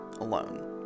alone